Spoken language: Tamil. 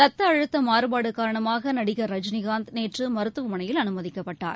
ரத்த அழுத்த மாறுபாடு காரணமாக நடிகள் ரஜினிகாந்த் நேற்று மருத்துவமனையில் அனுமதிக்கப்பட்டார்